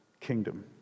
kingdom